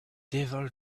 devil